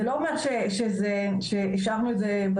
זה לא אומר שהשארנו את זה בצד,